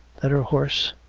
that her horse,